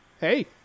Hey